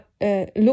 look